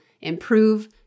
improve